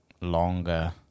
longer